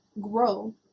grow